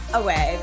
away